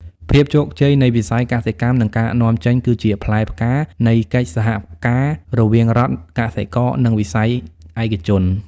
ភាពជោគជ័យនៃវិស័យកសិកម្ម និងការនាំចេញ គឺជាផ្លែផ្កានៃកិច្ចសហការរវាងរដ្ឋ កសិករ និងវិស័យឯកជន។